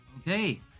Okay